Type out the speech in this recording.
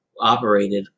operated